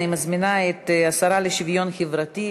אני מזמינה את השרה לשוויון חברתי,